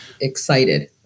Excited